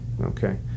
Okay